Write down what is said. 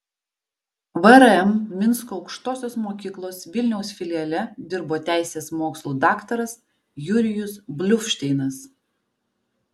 vrm minsko aukštosios mokyklos vilniaus filiale dirbo teisės mokslų daktaras jurijus bluvšteinas